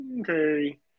okay